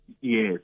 Yes